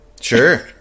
Sure